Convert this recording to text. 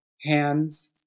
Hands